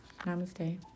Namaste